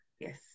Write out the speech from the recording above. yes